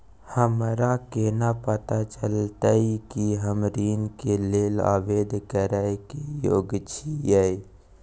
हमरा केना पता चलतई कि हम ऋण के लेल आवेदन करय के योग्य छियै?